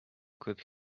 could